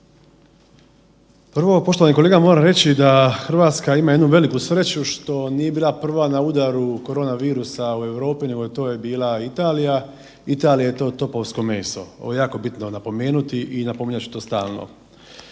Prvo poštovani kolega moram reći da Hrvatska ima jednu veliku sreću što nije bila prva na udaru korona virusa u Europi nego je to bila Italija, Italija je to topovsko meso, ovo je jako bitno napomenuti i napominjat ću to stalno.